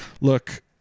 look